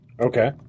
Okay